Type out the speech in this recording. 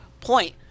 point